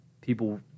People